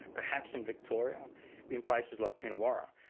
perhaps in victoria in places like coonawarra,